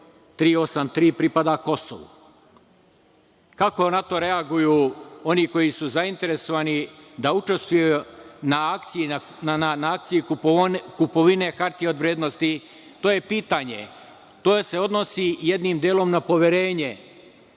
383 pripada Kosovu. Kako na to reaguju oni koji su zainteresovani da učestvuju u akciji kupovine hartija od vrednosti, to je pitanje. To se odnosi jednim delom na poverenje.